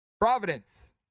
Providence